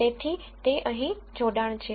તેથી તે અહીં જોડાણ છે